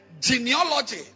genealogy